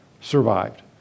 survived